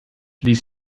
ließ